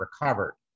recovered